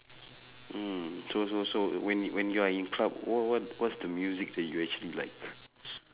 mm so so so when y~ when you're in club w~ w~ what's the music that you actually like